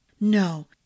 No